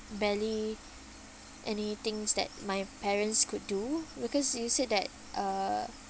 barely any things that my parents could do because you said that uh